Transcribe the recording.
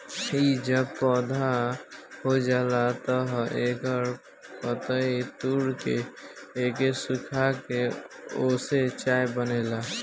इ जब पौधा हो जाला तअ एकर पतइ तूर के ओके सुखा के ओसे चाय बनेला